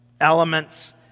elements